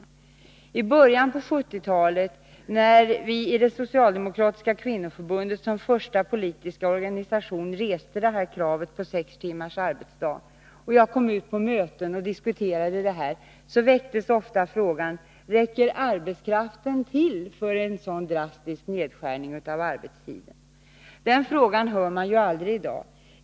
I början av 1970-talet, när vi i det socialdemokratiska kvinnoförbundet som första politiska organisation reste kravet på sex timmars arbetsdag och jag kom ut på möten och diskuterade detta, väcktes ofta frågan: Räcker arbetskraften till för en så drastisk nedskärning av arbetstiden? Den frågan hör man aldrig i dag.